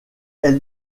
elle